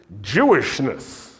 Jewishness